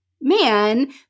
man